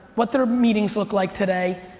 what their meetings look like today,